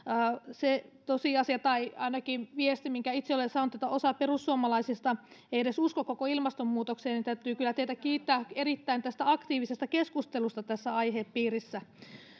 se tosiasia tai ainakin viesti minkä itse olen saanut että osa perussuomalaisista ei edes usko koko ilmastonmuutokseen niin täytyy kyllä teitä kiittää tästä erittäin aktiivisesta keskustelusta tässä aihepiirissä